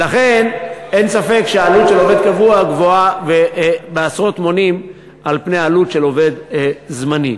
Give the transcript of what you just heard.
אין ספק שעלות של עובד קבוע גבוהה בעשרות אחוזים מעלות של עובד זמני.